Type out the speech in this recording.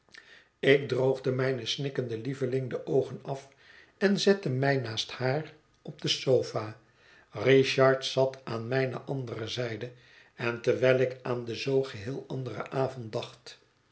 ik droogde mijne snikkende lieveling de oogen af en zette mij naast haar op de sofa richard zat aan mijne andere zijde en terwijl ik aan den zoo geheel anderen avond dacht